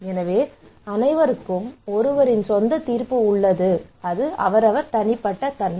எனவே அனைவருக்கும் ஒருவரின் சொந்த தீர்ப்பு உள்ளது தனிப்பட்ட தன்மை